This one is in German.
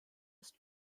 ist